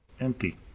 empty